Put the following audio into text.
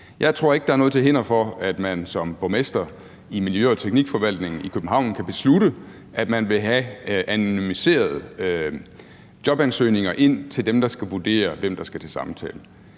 Jeg tror ikke, der er noget til hinder for, at man som borgmester i Teknik- og Miljøforvaltningen i København kan beslutte, at man vil have anonymiserede jobansøgninger ind til dem, der skal vurdere, hvem der skal til samtale.